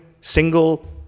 single